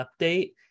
update